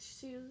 shoes